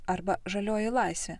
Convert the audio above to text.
arba žalioji laisvė